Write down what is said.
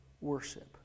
worship